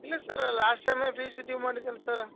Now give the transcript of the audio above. ಇಲ್ಲ sir last ಟೈಮೇ fees ಮಾಡಿದ್ದಲ್ಲ ಸರ